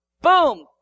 boom